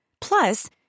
Plus